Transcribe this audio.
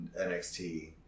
NXT